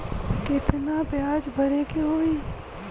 कितना ब्याज भरे के होई?